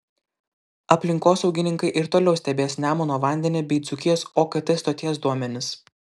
aplinkosaugininkai ir toliau stebės nemuno vandenį bei dzūkijos okt stoties duomenis